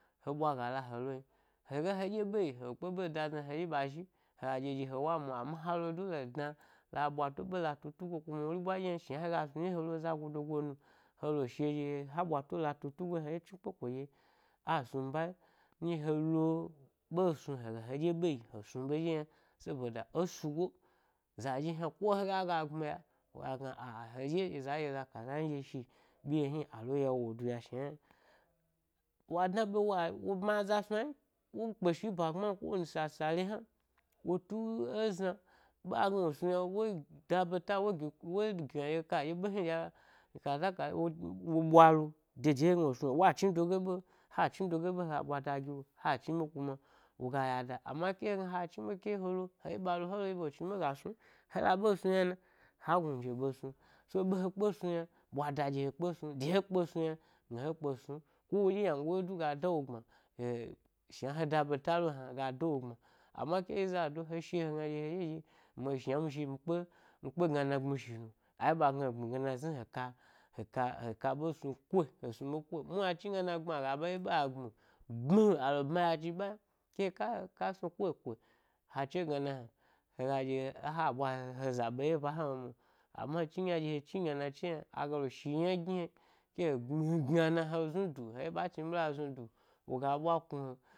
Hega he ɗye ɓe yi he kpe ɓe da’ zna yaa ne zhi ba zhi, hega ɗye ɗye he wo a mwa amma ha lo du le dna la ɓwato ɓe latu tu’ go kuma wori ɓwa ɗye hna shna hega sni he lo za godo go nu helo she ɗye ha ɓwato la tu’ tugo heɗye a smi ni bayi nɗye he lo ɓe snu hega he ɗye ɓe yi he snu ɓ ɗye soboda, esugo, za ɗye hna, ko he gag a gbmi ya, woga gna a a heɗye za kaza nyi nɗye shi ɓyi ɗye hni, a lo yawo wo duya shna hni m. Wa dna ɓe wa wo bma aza snu ai, wo kpe shi ba gbne, ko wani sasa le hna, wo tu-ezna ɓe a gnaw o snu yna wo-da ɓetam wo gi wogi ɗye kai ɓe hni ɗye kaza kaza wo ɓwa lo, de de hegna wo snu yna wa chni dege ɓe m ha chni dege ɓe m ha ɓwa da giwo ha chni ɓe m kima woga yadda, amma ke hegna ha chni ɓe ke he lo he zhi balo he zhi ɓalo chin ɓe gas nu m hela ɓe snu yna na? Ha gnunje ɓe snu, so ɓe he kpe snu yna ɓwa da ɗye he kpe snu de he kpe snu m yna ɓwada ɗye he kpe snu m ko woɗye yango ɗye he kpe snu m ko woɗye yango ɗye du ga dawo gbma eh-shna he da ɓeta lo hna ga da wo gbma amma ke zado he shi’ o kpe hegna ɗye he ɗye mi shnami shi mi kpe mi kpe gnana gbmi shino, azhi ɓa gna he gbmi gnana zni he ka he ka, he ka he ka ɓe koe, muhni a chni gnana gbmi aga ɓa dye a gbmi bmilu-ale bma ya chi ba’ yna ke he ka he ka snu koe koe, ha chegna nah nan, hega dye ha ɓwa he za ɓe ye e ba hnalo mo, anma he chni gna dye he chni gnana che yna aga le shi yna gni ‘ yna ke he gbmi gna na he znuda, he zhi ɓa chni ɓe la znudu woga’ bwa knu he.